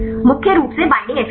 मुख्य रूप से बईंडिंग एफिनिटी